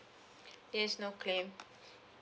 yes no claim